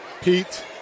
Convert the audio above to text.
Pete